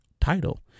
title